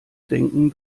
denken